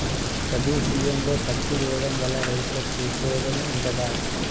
రబీ సీజన్లో పత్తి వేయడం వల్ల రైతులకు ఉపయోగం ఉంటదా?